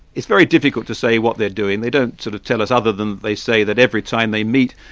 it's very difficult to say what they're doing. they don't sort of tell us, other than they say that every time they meet,